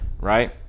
right